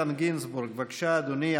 חבר הכנסת איתן גינזבורג, בבקשה, אדוני.